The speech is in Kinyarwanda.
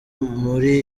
muri